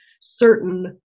certain